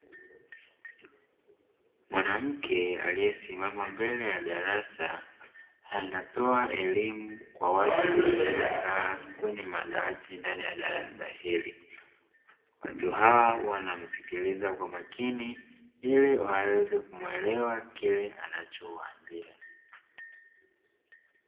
Mwanamke aliyesimama mbele ya darasa anatoa elimu kwa watu waliokaa kwenye madawati ndani ya darasa hili. Watu hawa wanamsikiliza kwa makini ili waweze kumuelewa kile anachowaambia.